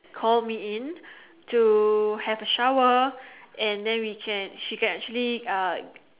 called me in to have a shower and then we can she can actually uh